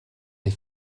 les